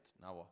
Now